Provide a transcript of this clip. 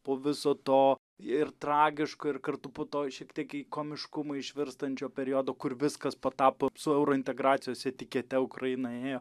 po viso to ir tragiško ir kartu po to šiek tiek į komiškumą išvirstančio periodo kur viskas patapo su eurointegracijos etikete ukraina įėjo